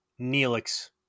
neelix